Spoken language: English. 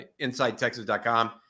InsideTexas.com